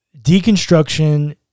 deconstruction